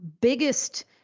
biggest